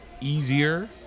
easier